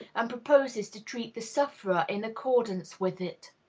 and proposes to treat the sufferer in accordance with it.